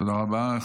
תודה רבה.